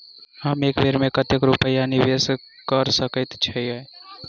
हम एक बेर मे कतेक रूपया निवेश कऽ सकैत छीयै?